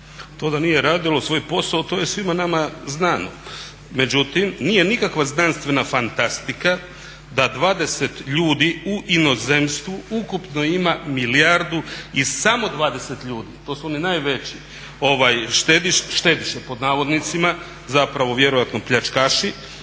To da nije radilo svoj posao, to je svima nama znano. Međutim, nije nikakva znanstvena fantastika da 20 ljudi u inozemstvu ukupno ima milijardu i samo 20 ljudi. To su oni najveći štediše pod navodnicima, zapravo vjerojatno pljačkaši